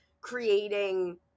creating